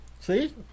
See